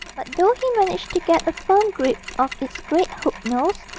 but though he managed to get a firm grip of its great hook nose,